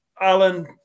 Alan